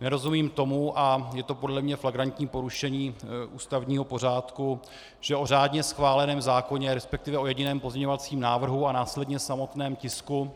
Nerozumím tomu, a je to podle mě flagrantní porušení ústavního pořádku, že o řádně schváleném zákoně, respektive o jediném pozměňovacím návrhu a následně samotném tisku,